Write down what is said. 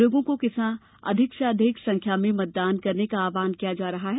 लोगो से अधिक से अधिक संख्या में मतदान करने का आहवान किया जा रहा है